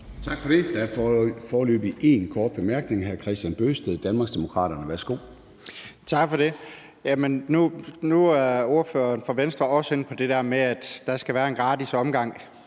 Tak for det. Der er foreløbig en kort bemærkning fra hr. Kristian Bøgsted, Danmarksdemokraterne. Værsgo. Kl. 16:14 Kristian Bøgsted (DD): Tak for det. Nu er ordføreren for Venstre også inde på det der med, at der skal være en gratis omgang